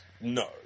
No